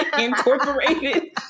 incorporated